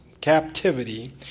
captivity